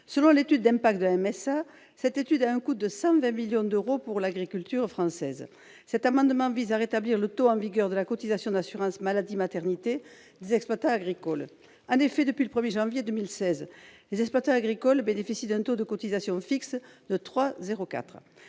la Mutualité sociale agricole, cette mesure a un coût de 120 millions d'euros pour l'agriculture française. Cet amendement vise à rétablir le taux en vigueur de la cotisation d'assurance maladie et maternité des exploitants agricoles. En effet, depuis le 1 janvier 2016, les exploitants agricoles bénéficient d'un taux de cotisation fixe de 3,04